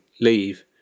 leave